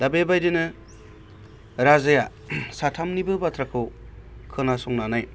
दा बेबादिनो राजाया साथामनिबो बाथ्राखौ खोनासंनानै